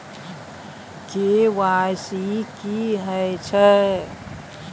KYC की हय छै?